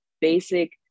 basic